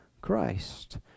Christ